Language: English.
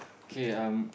okay um